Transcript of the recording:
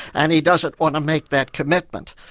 and he doesn't want to make that commitment.